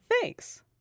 Thanks